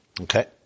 Okay